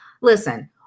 Listen